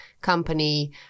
company